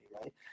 right